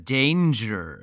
danger